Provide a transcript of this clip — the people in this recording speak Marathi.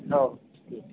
हो ठीक आहे